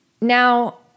Now